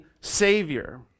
savior